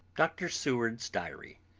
dr. seward's diary.